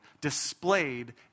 displayed